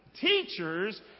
Teachers